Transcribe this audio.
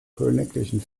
königlichen